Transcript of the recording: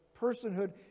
personhood